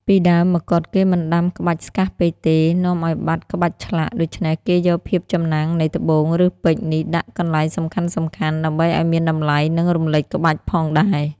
ពីដើមមកុដ គេមិនដាំក្បាច់ស្កាស់ពេកទេ នាំឲ្យបាត់ក្បាច់ឆ្លាក់ ដូច្នេះគេយកភាពចំណាំងនៃត្បូង ឬពេជ្រនេះដាក់កន្លែងសំខាន់ៗ ដើម្បីឲ្យមានតម្លៃ និងរំលេចក្បាច់ផងដែរ។